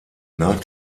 nach